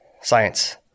science